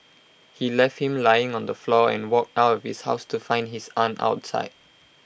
he left him lying on the floor and walked out of his house to find his aunt outside